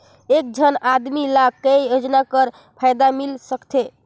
एक झन आदमी ला काय योजना कर फायदा मिल सकथे?